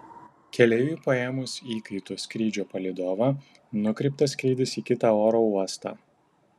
keleiviui paėmus įkaitu skrydžio palydovą nukreiptas skrydis į kitą oro uostą